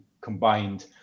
combined